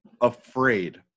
afraid